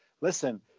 listen